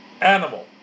animal